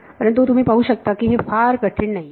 परंतु तुम्ही पाहू शकता की हे फार कठीण नाहीये